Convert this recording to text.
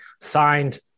signed